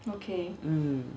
mm